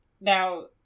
Now